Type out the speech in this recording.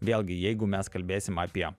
vėlgi jeigu mes kalbėsim apie